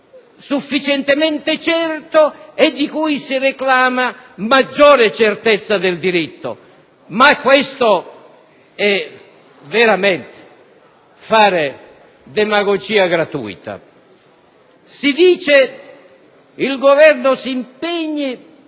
sufficientemente certo e di cui si reclama maggiore certezza del diritto: ma questo è veramente fare demagogia gratuita. Si impegna il Governo ad un